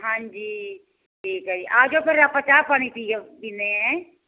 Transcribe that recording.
ਹਾਂਜੀ ਠੀਕ ਹੈ ਜੀ ਆ ਜਾਓ ਫਿਰ ਆਪਾਂ ਚਾਹ ਪਾਣੀ ਪੀਓ ਪੀਂਦੇ